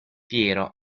piero